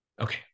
Okay